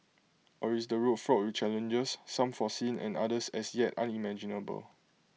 or is the road fraught with challenges some foreseen and others as yet unimaginable